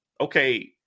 okay